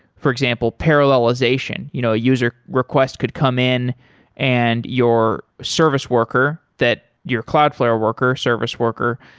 for example, parallelization. you know a user request could come in and your service worker that your cloudflare worker, service worker,